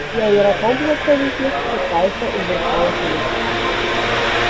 jie yra tobulas pavyzdys kaip teisė uzurpuoja politiką